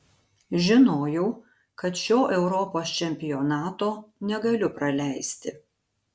žinojau kad šio europos čempionato negaliu praleisti